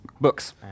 books